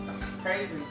crazy